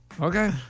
Okay